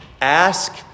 Ask